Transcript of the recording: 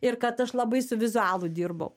ir kad aš labai su vizualu dirbau